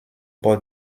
bord